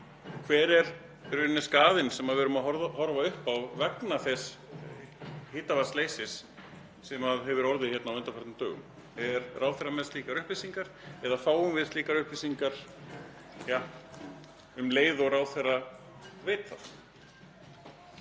Hver er skaðinn sem við horfum upp á vegna þess heitavatnsleysis sem hefur orðið á undanförnum dögum? Er ráðherra með slíkar upplýsingar eða fáum við slíkar upplýsingar um leið og ráðherra veit það?